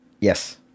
Yes